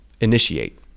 initiate